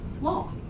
law